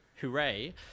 Hooray